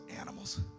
animals